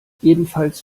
jedenfalls